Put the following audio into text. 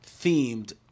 themed